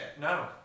No